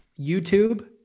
YouTube